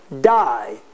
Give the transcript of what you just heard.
die